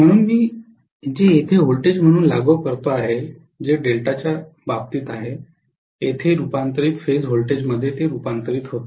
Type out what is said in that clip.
म्हणून मी जे येथे व्होल्टेज म्हणून लागू करतो जे डेल्टाच्या बाबतीत आहे तेथे रूपांतरित फेज व्होल्टेजमध्ये रूपांतरित होते